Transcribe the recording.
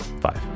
Five